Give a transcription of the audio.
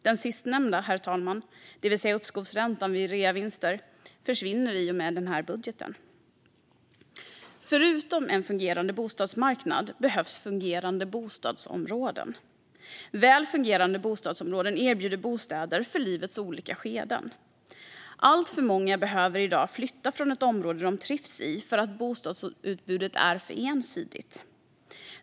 Det sistnämnda, herr talman, det vill säga uppskovsräntan på reavinster, försvinner i och med denna budget. Förutom en fungerande bostadsmarknad behövs fungerande bostadsområden. Väl fungerande bostadsområden erbjuder bostäder för livets olika skeden. Alltför många behöver i dag flytta från ett område de trivs i därför att bostadsutbudet är för ensidigt.